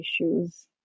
issues